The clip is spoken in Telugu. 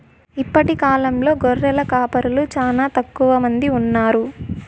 ఇప్పటి కాలంలో గొర్రెల కాపరులు చానా తక్కువ మంది ఉన్నారు